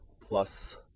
plus